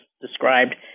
described